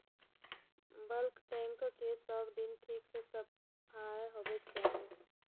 bulk tank केर सब दिन ठीक सं सफाइ होबाक चाही